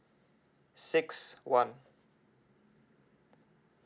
six one